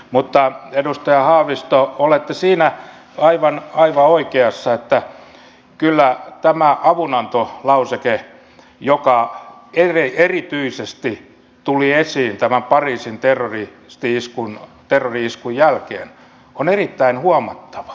mutta edustaja haavisto olette aivan oikeassa siinä että kyllä tämä avunantolauseke joka tuli esiin erityisesti tämän pariisin terrori iskun jälkeen on erittäin huomattava